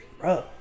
Bro